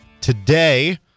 today